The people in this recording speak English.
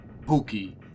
Pookie